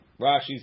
Rashi's